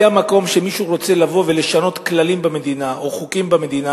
זה המקום אם מישהו רוצה לבוא ולשנות כללים במדינה או חוקים במדינה.